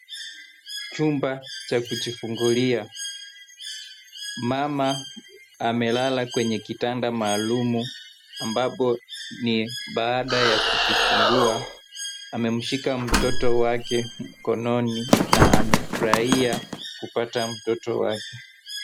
Chumba cha kujifungulia, mama amelala kwenye kitanda maalum ambapo ni baada ya kujifungua, amemshika mtoto wake mkononi na amefurahia kupata mtoto wake.